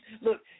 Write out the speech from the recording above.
Look